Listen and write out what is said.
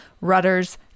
Rudders